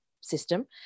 system